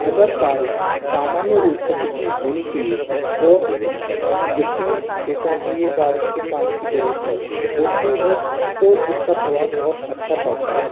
अगर बारिश सामान्य रूप से कितनी होनी चाहिए और जितनी खेतों के लिए बारिश के पानी की ज़रूरत है उतनी ही हो तो उसका प्रभाव बहुत अच्छा पड़ता है